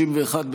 61,